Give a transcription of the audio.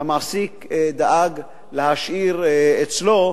המעסיק דאג להשאיר אצלו,